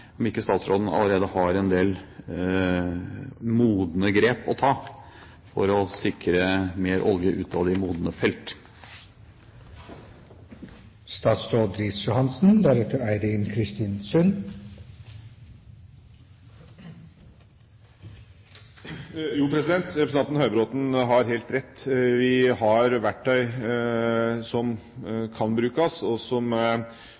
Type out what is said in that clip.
allerede har en del modne grep å ta, for å sikre mer olje ut av de modne felt. Jo, representanten Høybråten har helt rett, vi har verktøy som kan brukes, og